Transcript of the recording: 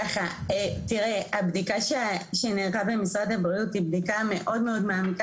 ככה תראה הבדיקה שנערכה במשרד הבריאות היא בדיקה מאוד מאד מעמיקה